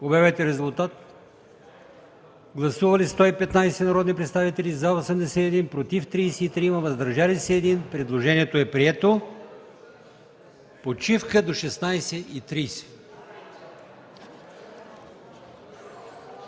гласувайте. Гласували 115 народни представители: за 81, против 33, въздържал се 1. Предложението е прието. Почивка до 16,30